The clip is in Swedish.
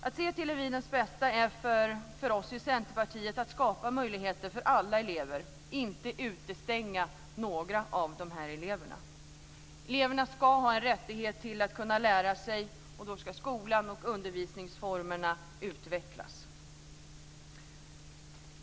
Att se till individens bästa är för oss i Centerpartiet att skapa möjligheter för alla elever och inte utestänga några av eleverna. Eleverna ska ha en rättighet att kunna lära sig, och då ska skolan och undervisningsformerna utvecklas.